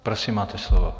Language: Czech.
Prosím, máte slovo.